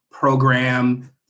program